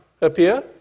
appear